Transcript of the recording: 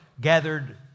gathered